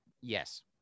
Yes